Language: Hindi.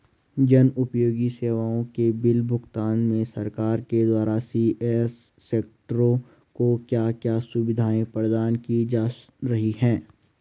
जन उपयोगी सेवाओं के बिल भुगतान में सरकार के द्वारा सी.एस.सी सेंट्रो को क्या क्या सुविधाएं प्रदान की जा रही हैं?